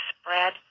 spread